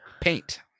paint